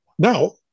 Now